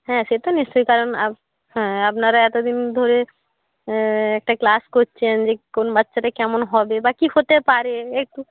হ্যাঁ সে তো নিশ্চয়ই কারণ আ হ্যাঁ আপনারা এতদিন ধরে একটা ক্লাস করছেন যে কোন বাচ্চাটা কেমন হবে বা কি হতে পারে একটু